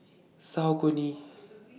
Saucony